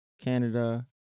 Canada